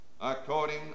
according